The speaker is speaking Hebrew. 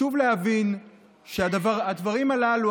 חשוב להבין שהדברים הללו,